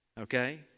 Okay